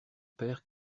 père